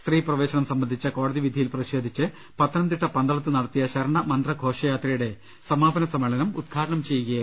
സ്ത്രീ പ്രവേശനം സംബന്ധിച്ച കോടതി വിധിയിൽ പ്രതിഷേധിച്ച് പത്തന്ംതിട്ട പന്തളത്ത് നടത്തിയ ശരണ മന്ത്രഘോഷയാത്രയുടെ സമാപന സമ്മേളനം ഉദ്ഘാടനം ചെയ്യുകയായിരുന്നു അദ്ദേഹം